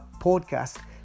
podcast